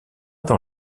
dans